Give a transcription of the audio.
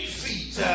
feet